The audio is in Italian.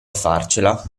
farcela